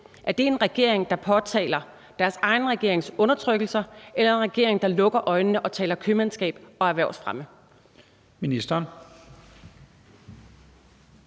Er det en regering, der påtaler deres egen regerings undertrykkelser, eller en regering, der lukker øjnene og taler købmandskab og erhvervsfremme?